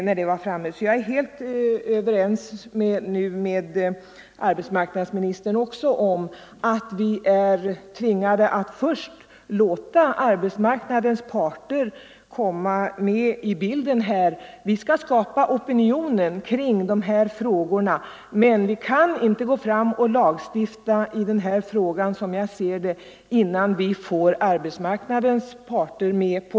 Jag är också helt överens med arbetsmarknadsministern om att vi är tvingade att först låta arbetsmarknadens parter komma med i bilden. Vi skall skapa opinionen kring de här frågorna, men vi kan inte gå fram och lagstifta, som jag ser det, innan vi får med arbetsmarknadens parter.